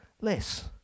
less